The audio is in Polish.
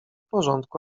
porządku